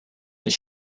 they